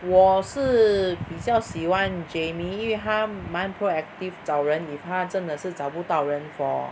我是比较喜欢 Jamie 因为她蛮 proactive 找人 if 她真的是找不到人 for